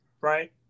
right